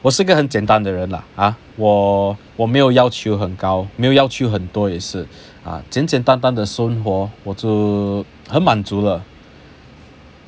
我是一个很简单的人了 lah ah 我我没有要求很高没有要求很多也是 ah 简简单单的生活我就很满足了